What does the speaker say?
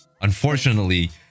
Unfortunately